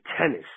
tennis